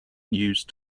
used